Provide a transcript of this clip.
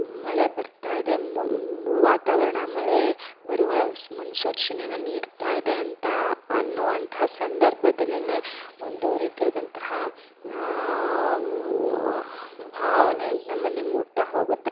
ಮಳೆ ಬರ್ತಾಯಿದೆ ವಾತಾವರಣ ಮಳೆ ಬರುವ ಸ್ ಮುನ್ಸೂಚನೆ ನೀಡ್ತಾಯಿದೆ ಅಂತ ಅನ್ನೋ ಅಂಥ ಸಂದರ್ಭದಲ್ಲೇ ಒಂದು ರೀತಿ ಆದಂತಹ ಭಾವನೆ ನಮ್ಮಲ್ಲಿ ಮೂಡ್ತಾ ಹೋಗುತ್ತೆ